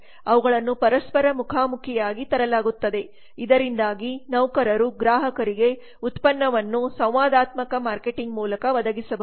ಅವುಗಳನ್ನು ಪರಸ್ಪರ ಮುಖಾಮುಖಿಯಾಗಿ ತರಲಾಗುತ್ತದೆ ಇದರಿಂದಾಗಿ ನೌಕರರು ಗ್ರಾಹಕರಿಗೆ ಉತ್ಪನ್ನವನ್ನು ಸಂವಾದಾತ್ಮಕ ಮಾರ್ಕೆಟಿಂಗ್ ಮೂಲಕ ಒದಗಿಸಬಹುದು